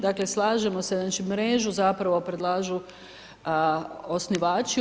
Dakle slažemo se, znači mrežu zapravo predlažu osnivači.